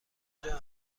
کجا